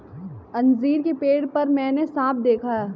अंजीर के पेड़ पर मैंने साँप देखा